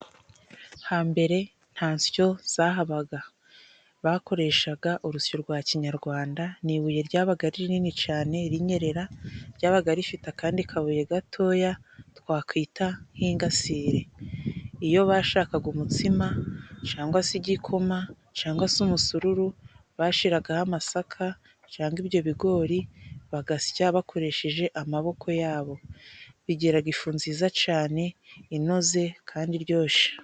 Hambere nta nsyo zahabaga, bakoreshaga urusyo rwa kinyarwanda, ni ibuye ryabaga ari rinini cane rinyerera, ryabaga rifite akandi kabuye gatoya twakwita nk'ingasire. Iyo bashakaga umutsima, cangwa se igikoma, cangwa se umusururu, bashiragaho amasaka cangwa ibyo bigori bagasya bakoresheje amaboko yabo, bigiraga ifu nziza cane, inoze kandi iryoshe.